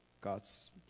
God's